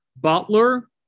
Butler